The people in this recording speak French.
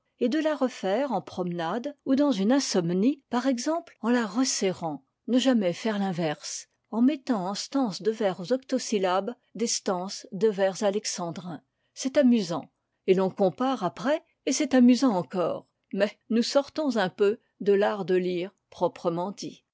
et de la refaire en promenade ou dans une insomnie par exemple en la resserrant ne jamais faire l'inverse en mettant en stances de vers octosyllabiques des stances de vers alexandrins c'est amusant et l'on compare après et c'est amusant encore mais nous sortons un peu de l'art de lire proprement dit